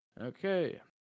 Okay